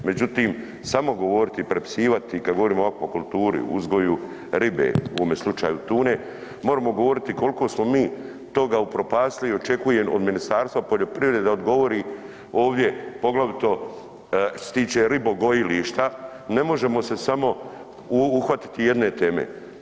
Međutim, samo govoriti i prepisivati kad govorimo o akvakulturi, uzgoju ribe u ovome slučaju tune, moramo govoriti koliko smo mi toga upropastili i očekujem od Ministarstva poljoprivrede da odgovori ovdje poglavito što se tiče ribogojilišta, ne možemo se samo uhvatiti jedne teme.